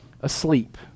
asleep